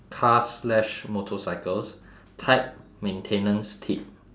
cars slash motorcycles type maintenance tip